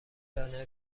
لانه